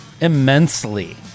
immensely